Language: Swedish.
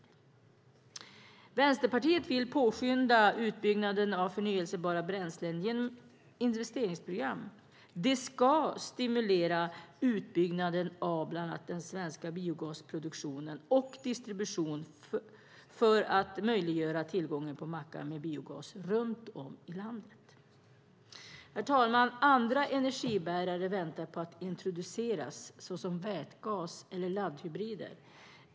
Vänsterpartiet vill påskynda utbyggnaden av förnybara bränslen genom ett investeringsprogram. Det ska stimulera utbyggnaden av bland annat den svenska produktionen och distributionen av biogas för att möjliggöra tillgång på mackar med biogas runt om i landet. Herr talman! Andra energibärare väntar på att introduceras, såsom vätgas eller laddhybrider.